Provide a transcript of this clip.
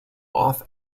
off